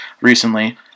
recently